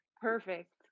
Perfect